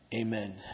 Amen